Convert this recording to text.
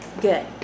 good